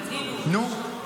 קנינו אותו.